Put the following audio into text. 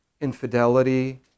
infidelity